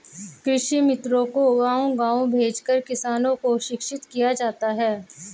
कृषि मित्रों को गाँव गाँव भेजकर किसानों को शिक्षित किया जाता है